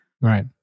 Right